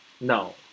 No